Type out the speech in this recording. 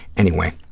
anyway,